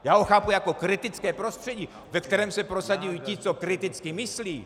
Já ho chápu jako kritické prostředí, ve kterém se prosadí ti, co kriticky myslí.